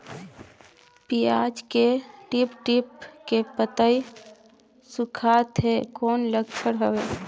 पियाज के टीप टीप के पतई सुखात हे कौन लक्षण हवे?